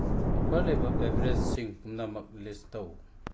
offer ꯂꯩꯕ ꯕꯦꯚꯔꯦꯖꯁꯤꯡ ꯄꯨꯝꯅꯃꯛ ꯂꯤꯁ ꯇꯧ